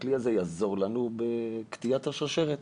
שהכלי הזה יעזור לנו בקטיעת השרשרת.